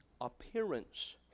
appearance